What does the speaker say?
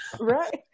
right